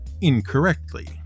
incorrectly